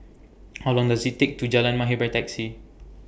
How Long Does IT Take to get to Jalan Mahir By Taxi